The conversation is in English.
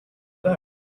that